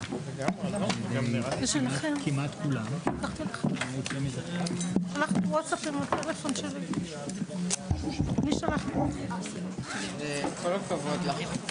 בשעה 13:45.